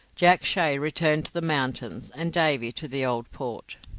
jack shay returned to the mountains, and davy to the old port.